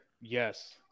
Yes